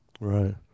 Right